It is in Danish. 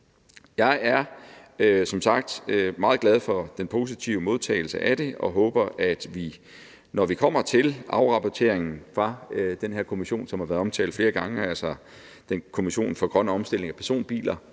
sagt meget glad for den positive modtagelse af det og håber, at vi, når vi kommer til afrapporteringen fra den her kommission, som har været omtalt flere gange, altså kommissionen for grøn omstilling af personbiler,